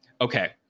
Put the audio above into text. Okay